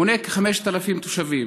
מונה כ-5,000 תושבים.